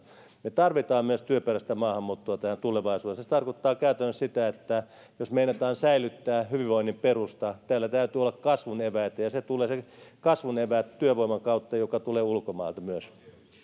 me tarvitsemme myös työperäistä maahanmuuttoa tänne tulevaisuudessa se tarkoittaa käytännössä sitä että jos meinataan säilyttää hyvinvoinnin perusta täällä täytyy olla kasvun eväitä ja ne kasvun eväät tulevat työvoiman kautta joka tulee myös